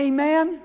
Amen